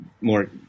more